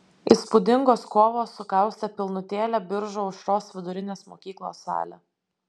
įspūdingos kovos sukaustė pilnutėlę biržų aušros vidurinės mokyklos salę